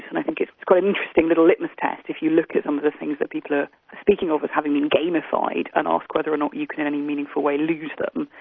and i think it's quite interesting little litmus test if you look at some of the things that people are speaking of as having been gamified and ask whether or not you can in any meaningful way lose them,